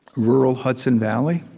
rural hudson valley.